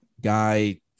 guy